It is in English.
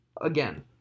Again